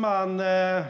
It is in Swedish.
I